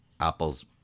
Apple's